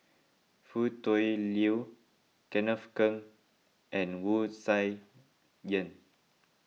Foo Tui Liew Kenneth Keng and Wu Tsai Yen